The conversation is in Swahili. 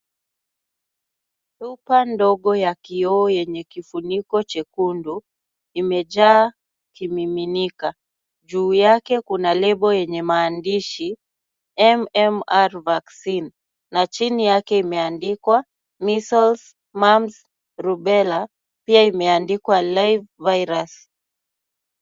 Chupa ndogo ya kioo yenye kifuniko chekundu imejaa kimiminika. Juu yake kuna lebo yenye maandishi MMR Vaccine na chini yake imeandikwa Measles, Mumps, Rubella , pia imeandikwa live virus .